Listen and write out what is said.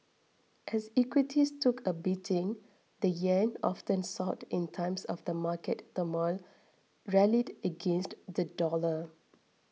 as equities took a beating the yen often sought in times of the market turmoil rallied against the dollar